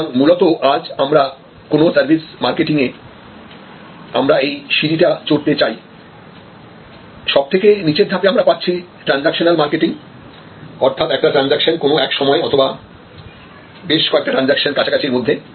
সুতরাং মূলত আজ আমরা কোন সার্ভিস মার্কেটিং এ আমরা এই সিঁড়িটা চড়তে চাই সবথেকে নিচের ধাপে আমরা পাচ্ছি ট্রানজেকশনল মার্কেটিং অর্থাৎ একটা ট্রানজেকশন কোন এক সময়ে অথবা বেশ কয়েকটা ট্রানজাকশন কাছাকাছির মধ্যে